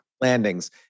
landings